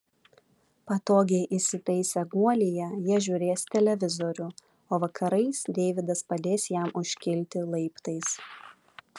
patogiai įsitaisę guolyje jie žiūrės televizorių o vakarais deividas padės jam užkilti laiptais